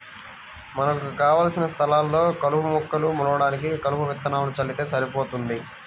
మనకు కావలసిన స్థలాల్లో కలుపు మొక్కలు మొలవడానికి కలుపు విత్తనాలను చల్లితే సరిపోతుంది